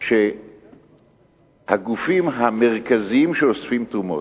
שהגופים המרכזיים שאוספים תרומות,